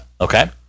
Okay